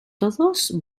todos